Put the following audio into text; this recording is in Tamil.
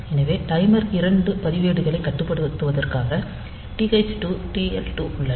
எனவே டைமர் 2 பதிவேடுகளை கட்டுப்படுத்துவதற்காக TH2 TL2 உள்ளன